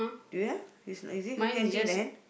do you have is is he holding anything at the hand